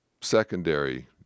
secondary